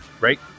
right